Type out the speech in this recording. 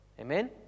Amen